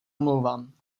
omlouvám